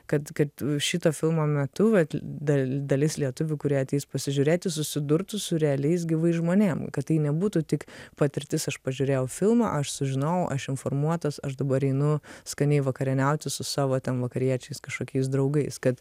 kad kad šito filmo metu vat da dalis lietuvių kurie ateis pasižiūrėti susidurtų su realiais gyvais žmonėm kad tai nebūtų tik patirtis aš pažiūrėjau filmą aš sužinojau aš informuotas aš dabar einu skaniai vakarieniauti su savo ten vakariečiais kažkokiais draugais kad